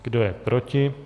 Kdo je proti?